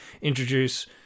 introduce